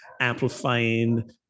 amplifying